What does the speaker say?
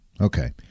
Okay